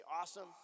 awesome